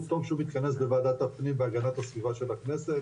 טוב שהוא מתכנס בוועדת הפנים והגנת הסביבה של הכנסת,